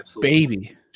baby